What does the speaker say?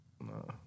No